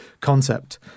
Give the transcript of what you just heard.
concept